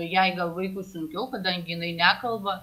jai gal vaikui sunkiau kadangi jinai nekalba